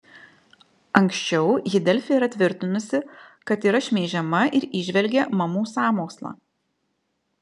anksčiau ji delfi yra tvirtinusi kad yra šmeižiama ir įžvelgė mamų sąmokslą